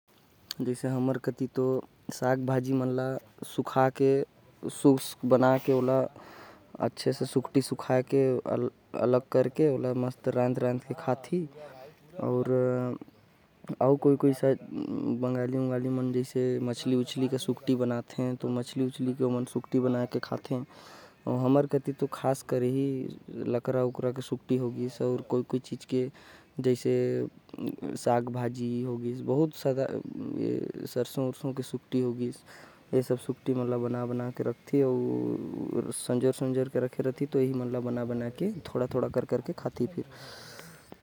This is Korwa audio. हमर कति तो सुकठी साग भाजी मन के सुखा के। शुष्क बना के रौंद रौंद के खाथे। बंगाली मन मछली के शुष्क बना के सुकठी बना के खाथे। बाकी ओहो मन भी साग सब्जी के सुखा के सब्जी बना के फिर खाथे।